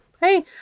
Hey